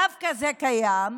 זה דווקא קיים,